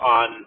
on